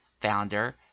founder